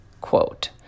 quote